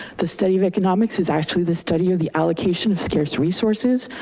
the study of economics is actually the study of the allocation of scarce resources,